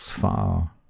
far